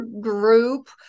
group